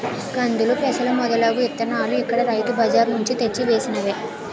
కందులు, పెసలు మొదలగు ఇత్తనాలు ఇక్కడ రైతు బజార్ నుంచి తెచ్చి వేసినవే